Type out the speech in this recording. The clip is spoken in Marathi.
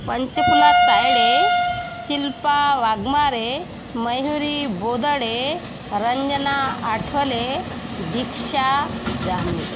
पंचफुला तायडे शिल्पा वागमारे मय्हुरी बोदडे रंजना आठवले दीक्षा जामनिक